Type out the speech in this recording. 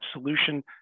solution